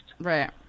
Right